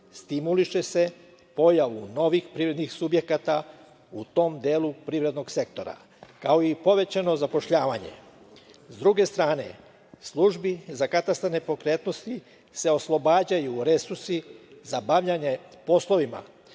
stimuliše pojavu novih privrednih subjekata u tom delu privrednog sektora, kao i povećano zapošljavanje.S druge strane, Službi za katastar nepokretnosti se oslobađaju resursi za bavljenje poslovima